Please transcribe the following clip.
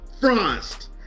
frost